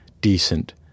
decent